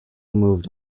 moved